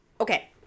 Okay